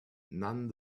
none